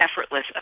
effortless